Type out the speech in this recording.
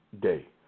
Day